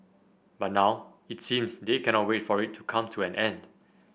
but now it seems they cannot wait for it to come to an end